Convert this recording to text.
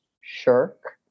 shirk